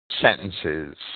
sentences